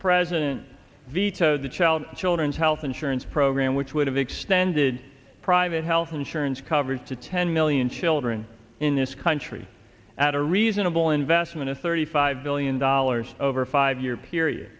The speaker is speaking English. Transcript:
president vetoed the child children's health insurance program which would have extended private health insurance coverage to ten million children in this country at a reasonable investment of thirty five billion dollars over a five year period